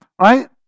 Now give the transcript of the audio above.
right